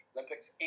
Olympics